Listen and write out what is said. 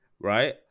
right